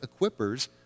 equippers